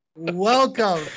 Welcome